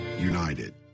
united